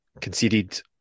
conceded